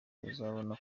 uzabona